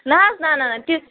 نہ حظ نہ نہ نہ تِژھ